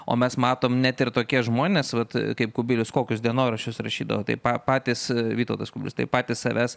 o mes matom net ir tokie žmonės vat kaip kubilius kokius dienoraščius rašydavo tai pa patys vytautas kubilius tai patys savęs